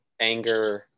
anger